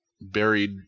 Buried